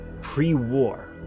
pre-war